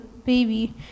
baby